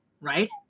right